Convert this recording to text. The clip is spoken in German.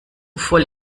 voll